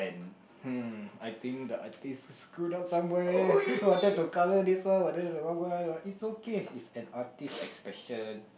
hmm I think the aunties screw up somewhere wanted to colour this one but then the wrong one it's okay it's an artist expression